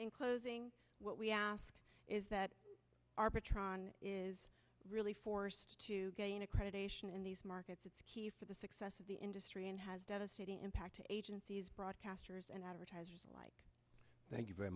in closing what we ask is that arbitron is really forced to gain accreditation in these markets it's key for the success of the industry and has devastating impact agencies broadcasters and advertisers alike thank you very